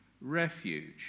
refuge